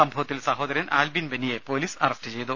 സംഭവത്തിൽ സഹോദരൻ ആൽബിൻ ബെന്നിയെ പൊലീസ് അറസ്റ്റു ചെയ്തു